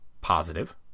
positive